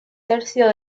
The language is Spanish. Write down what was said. tercio